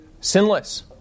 sinless